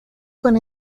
con